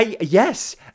Yes